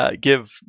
give